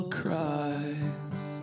cries